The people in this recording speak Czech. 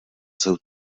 jsou